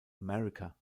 america